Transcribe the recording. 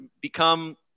become